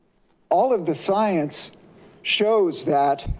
all of the science shows that